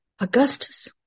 Augustus